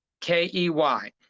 k-e-y